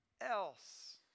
else